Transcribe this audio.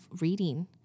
reading